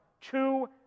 two